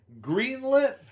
greenlit